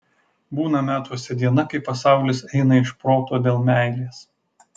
būna metuose diena kai pasaulis eina iš proto dėl meilės